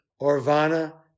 Orvana